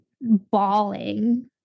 bawling